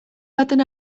baten